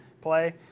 play